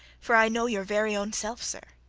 for i know your very own self, sir.